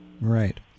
Right